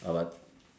uh what